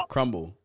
Crumble